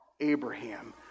Abraham